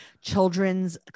children's